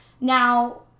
Now